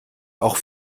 auch